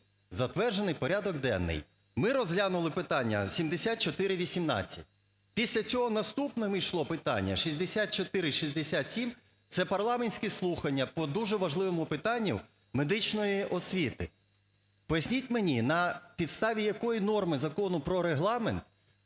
затверджений порядок денний. Ми розглянули питання 7418. Після цього наступним ішло питання 6467, це парламентські слухання по дуже важливому питанню – медичної освіти. Поясніть мені, на підставі якої норми Закону про Регламент